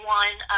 one